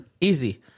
Easy